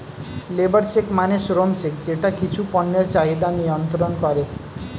labour check মানে শ্রম check যেটা কিছু পণ্যের চাহিদা নিয়ন্ত্রন করে